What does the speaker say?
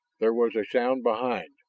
there was a sound behind.